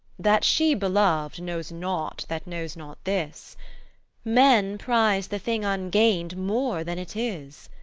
that she belov'd knows nought that knows not this men prize the thing ungain'd more than it is.